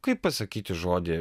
kaip pasakyti žodį